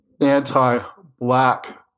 anti-Black